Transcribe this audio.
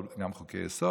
אבל גם חוקי-יסוד,